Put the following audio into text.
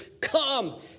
come